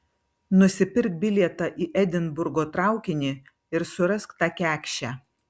nusipirk bilietą į edinburgo traukinį ir surask tą kekšę